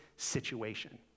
situation